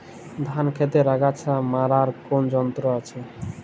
ধান ক্ষেতের আগাছা মারার কোন যন্ত্র আছে?